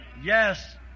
Yes